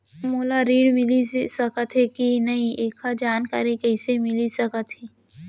मोला ऋण मिलिस सकत हे कि नई एखर जानकारी कइसे मिलिस सकत हे?